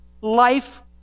life